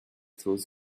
throws